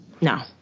No